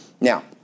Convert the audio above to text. Now